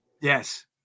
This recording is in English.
Yes